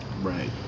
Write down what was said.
Right